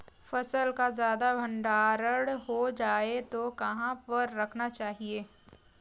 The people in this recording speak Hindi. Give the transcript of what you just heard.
फसल का ज्यादा भंडारण हो जाए तो कहाँ पर रखना चाहिए?